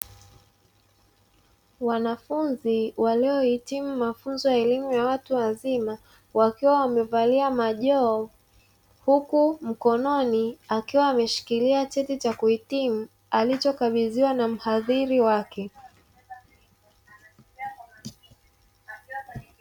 Wanafunzi waliohitimu mafunzo ya elimu ya watu wazima, wakiwa wamevalia majoho, huku mkononi akiwa ameshikilia cheti cha kuhitimu alichokabidhiwa na mhadhiri wake.